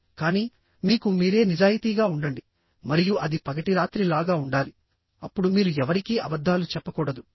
కానీ మీకు మీరే నిజాయితీగా ఉండండి మరియు అది పగటి రాత్రి లాగా ఉండాలి అప్పుడు మీరు ఎవరికీ అబద్ధాలు చెప్పకూడదు